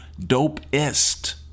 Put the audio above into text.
dopest